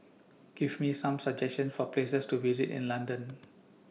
Give Me Some suggestions For Places to visit in London